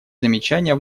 замечания